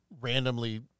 randomly